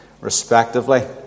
respectively